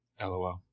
LOL